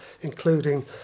including